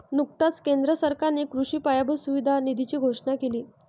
नुकताच केंद्र सरकारने कृषी पायाभूत सुविधा निधीची घोषणा केली